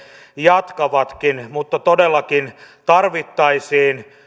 jatkavatkin mutta todellakin tarvittaisiin